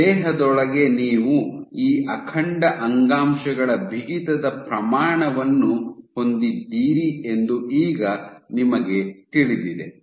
ದೇಹದೊಳಗೆ ನೀವು ಈ ಅಖಂಡ ಅಂಗಾಂಶಗಳ ಬಿಗಿತದ ಪ್ರಮಾಣವನ್ನು ಹೊಂದಿದ್ದೀರಿ ಎಂದು ಈಗ ನಿಮಗೆ ತಿಳಿದಿದೆ